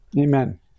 amen